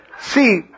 See